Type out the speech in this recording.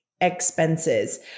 expenses